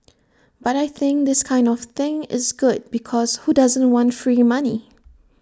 but I think this kind of thing is good because who doesn't want free money